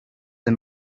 the